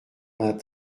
vingt